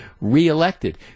reelected